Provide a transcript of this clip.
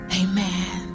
amen